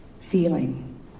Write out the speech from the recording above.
feeling